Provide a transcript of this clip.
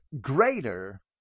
greater